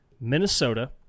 Minnesota